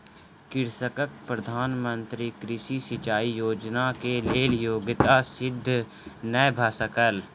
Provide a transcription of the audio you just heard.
कृषकक प्रधान मंत्री कृषि सिचाई योजना के लेल योग्यता सिद्ध नै भ सकल